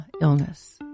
illness